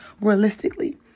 realistically